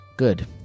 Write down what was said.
Good